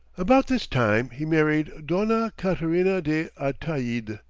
about this time he married dona caterina de ataide,